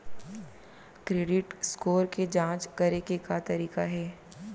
Credit score के जाँच करे के का तरीका हे?